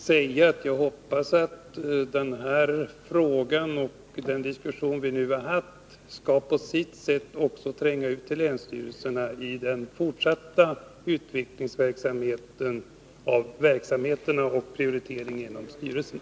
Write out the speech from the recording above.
Herr talman! Jag vill bara säga att jag hoppas att den diskussion vi nu har haft skall tränga ut till länsstyrelserna när det gäller den fortsatta prioriteringen inom länsstyrelserna.